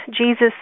Jesus